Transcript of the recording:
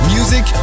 Music